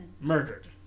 Murdered